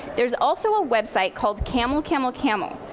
there's also a website called camel camel camel.